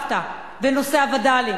שהתערבת בנושא הווד"לים,